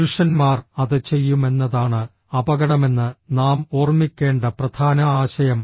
പുരുഷന്മാർ അത് ചെയ്യുമെന്നതാണ് അപകടമെന്ന് നാം ഓർമ്മിക്കേണ്ട പ്രധാന ആശയം